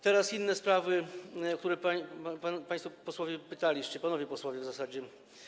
Teraz inne sprawy, o które państwo posłowie pytaliście, panowie posłowie w zasadzie.